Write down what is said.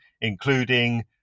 including